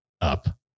up